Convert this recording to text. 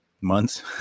months